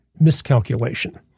miscalculation